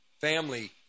family